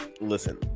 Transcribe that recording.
listen